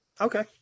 Okay